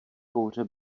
kouře